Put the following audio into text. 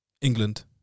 England